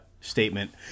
statement